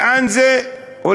לאן זה הולך?